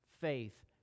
faith